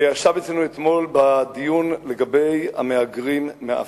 אתמול ישב אצלנו בדיון לגבי המהגרים מאפריקה,